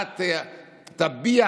אתה תביע